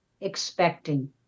expecting